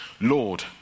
Lord